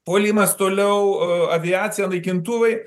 puolimas toliau aviacija naikintuvai